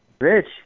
Rich